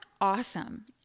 awesome